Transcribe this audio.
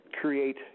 create